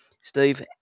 Steve